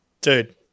dude